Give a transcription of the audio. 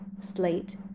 Slate